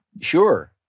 sure